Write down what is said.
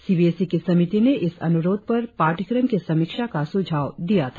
CBSE की समिति ने इस अनुरोध पर पाठ्यक्रम की समीक्षा का सुझाव दिया था